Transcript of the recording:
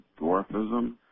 dwarfism